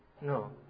No